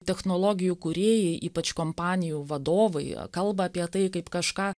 technologijų kūrėjai ypač kompanijų vadovai kalba apie tai kaip kažką